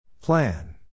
Plan